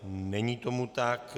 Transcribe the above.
Není tomu tak...